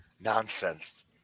Nonsense